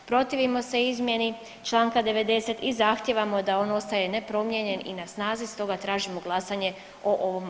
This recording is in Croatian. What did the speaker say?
Protivimo se izmjeni čl. 90 i zahtijevamo da on ostaje nepromijenjen i na snazi stoga tražimo glasanje o ovom